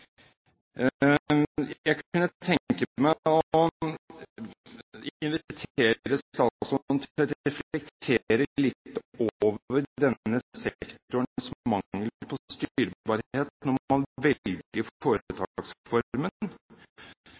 Jeg kunne tenke meg å invitere statsråden til å reflektere litt over denne sektorens mangel på styrbarhet når man velger